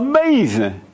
Amazing